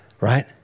right